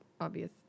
obvious